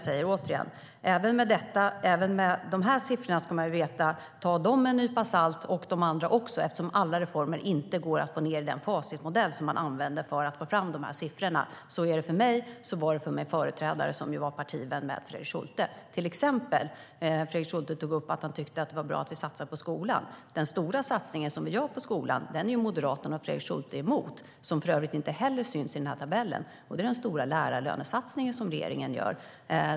Men, återigen: Även dessa siffror ska man ta med en nypa salt, liksom andra siffror, eftersom alla reformer inte går att få ned i den facitmodell man använder för att få fram siffrorna. Så är det för mig, och så var det för min företrädare - som ju var partivän med Fredrik Schulte. Fredrik Schulte tog till exempel upp att han tycker att det är bra att vi satsar på skolan. Den stora satsningen vi gör på skolan, som för övrigt inte heller syns i den här tabellen, är ju Moderaterna och Fredrik Schulte emot. Det handlar om den stora lärarlönesatsning regeringen gör.